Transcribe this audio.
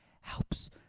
helps